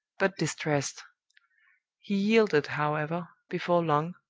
but distressed. he yielded, however, before long,